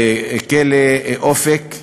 בכלא "אופק"